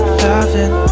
loving